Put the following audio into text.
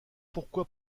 pourquoi